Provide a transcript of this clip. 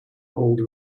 hold